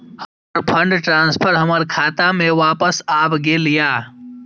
हमर fund transfer हमर खाता में वापस आब गेल या